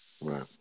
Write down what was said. Right